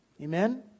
Amen